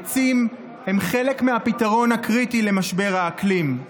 עצים הם חלק מהפתרון הקריטי למשבר האקלים.